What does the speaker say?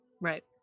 right